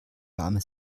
warme